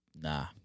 nah